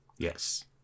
Yes